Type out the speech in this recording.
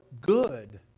good